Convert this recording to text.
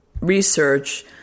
research